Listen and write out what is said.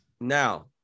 now